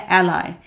ally